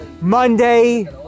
Monday